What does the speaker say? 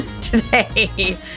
today